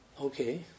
Okay